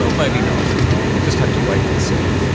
um maybe not. you know we'll just have to wait and see.